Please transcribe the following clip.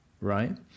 right